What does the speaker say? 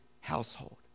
household